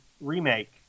remake